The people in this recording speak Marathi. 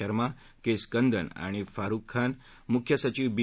शर्मा के स्कंदन आणि फारुख खान मुख्य सचीव बी